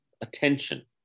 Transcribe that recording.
attention